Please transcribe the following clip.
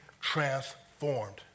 transformed